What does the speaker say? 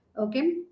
Okay